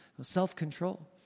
self-control